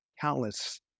countless